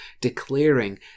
declaring